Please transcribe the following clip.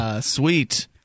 Sweet